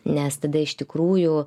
nes tada iš tikrųjų